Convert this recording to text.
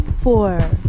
four